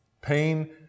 Pain